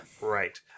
Right